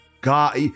god